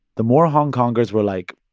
the more hong kongers were like,